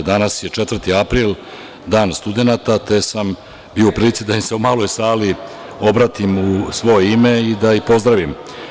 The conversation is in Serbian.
Danas je 4. april, Dan studenata, te sam bio u prilici da im se u maloj sali obratim u svoje ime i da ih pozdravim.